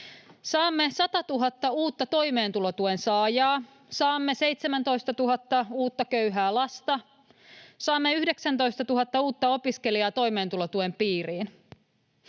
Saamme 100 000 uutta toimeentulotuen saajaa, saamme 17 000 uutta köyhää lasta, saamme 19 000 uutta opiskelijaa toimeentulotuen piiriin.